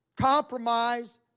compromise